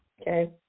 okay